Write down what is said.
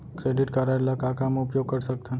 Credit card ला का का मा उपयोग कर सकथन?